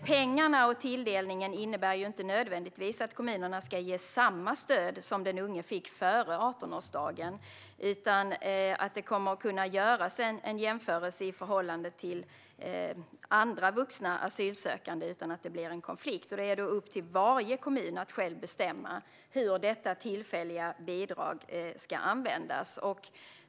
Pengarna och tilldelningen innebär inte nödvändigtvis att kommunerna ska ge samma stöd som den unge fick före 18-årsdagen, utan det innebär att det kommer att kunna göras en jämförelse i förhållande till andra vuxna asylsökande utan att det blir en konflikt. Det är upp till varje kommun att bestämma hur detta tillfälliga bidrag ska användas.